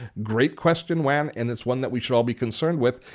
great question, wan, and it's one that we should all be concerned with.